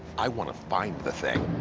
i want to find the thing.